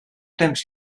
temps